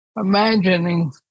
imagining